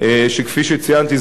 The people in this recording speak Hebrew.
שכפי שציינתי,